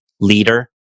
leader